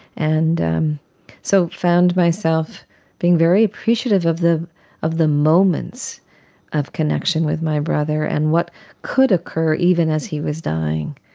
and um so i found myself being very appreciative of the of the moments of connection with my brother and what could occur even as he was dying.